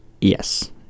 Yes